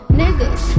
niggas